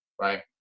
right